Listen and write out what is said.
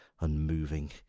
unmoving